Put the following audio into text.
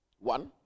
One